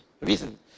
reason